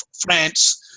France